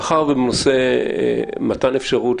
בנושא מתן אפשרות